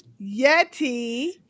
Yeti